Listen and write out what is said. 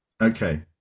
okay